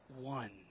one